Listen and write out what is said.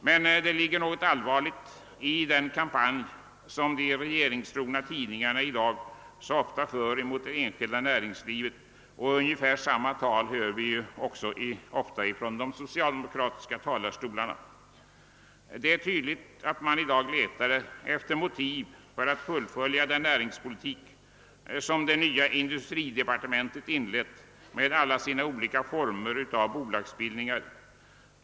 Det finns emellertid ett allvarligt inslag i den kampanj som de regeringstrogna tidningarna i dag så ivrigt för mot det enskilda näringslivet. Ungefär samma tongångar hör vi också från de socialdemokratiska talarstolarna. Det är tydligt att man i dag letar efter motiv för att kunna fullfölja den näringspolitik, som det nya industridepartementet inlett med alla sina olika former av bolagsbildningar.